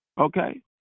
Okay